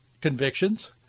convictions